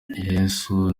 yesu